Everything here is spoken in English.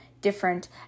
different